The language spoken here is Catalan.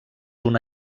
una